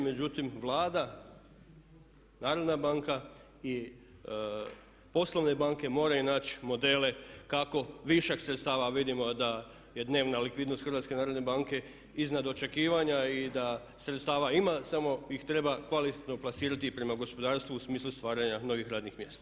Međutim, Vlada, narodna banka i poslovne banke moraju naći modele kako višak sredstava a vidimo da je dnevna likvidnost Hrvatske narodne banke iznad očekivanja i da sredstava ima samo ih treba kvalitetno plasirati prema gospodarstvu u smislu stvaranja novih radnih mjesta.